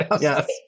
Yes